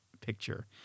picture